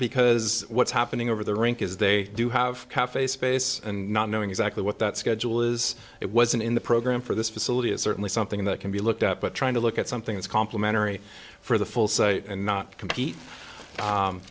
because what's happening over the rink is they do have cafe space and not knowing exactly what that schedule is it wasn't in the program for this facility is certainly something that can be looked at but trying to look at something that's complimentary for the full site and not compete